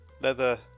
leather